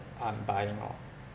I'm buying lor